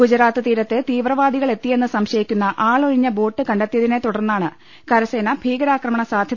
ഗുജറാത്ത് തീരത്ത് തീവ്രവാദികളെത്തിയെന്ന് സംശയിക്കുന്ന ആളൊ ഴിഞ്ഞ ബോട്ട് കണ്ടെത്തിയതിനെ തുടർന്നാണ് കരുസേന ഭീകരാഗ്ര